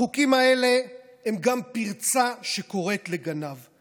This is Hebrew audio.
החוקים האלה הם גם פרצה שקוראת לגנב,